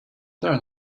there